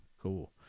Cool